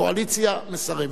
הקואליציה מסרבת,